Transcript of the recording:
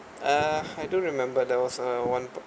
uh I don't remember there was a one point